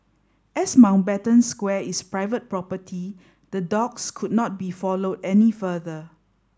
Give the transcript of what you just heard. as Mountbatten Square is private property the dogs could not be followed any further